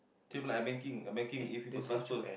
same like banking uh banking if you put transfer